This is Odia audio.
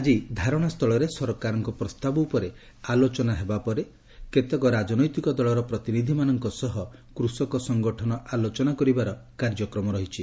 ଆଜି ଧାରଣାସ୍ଥଳରେ ସରକାରଙ୍କ ପ୍ରସ୍ତାବ ଉପରେ ଆଲୋଚନା ହେବା ପରେ କେତେକ ରାଜନୈତିକ ଦଳର ପ୍ରତିନିଧିମାନଙ୍କ ସହ କୃଷକ ସଙ୍ଗଠନ ଆଲୋଚନା କରିବା କାର୍ଯ୍ୟକ୍ରମ ରହିଛି